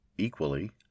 Equally